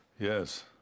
Yes